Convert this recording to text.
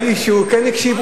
דווקא ראיתי שהוא כן הקשיב,